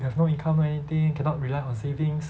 have no income no anything cannot rely on savings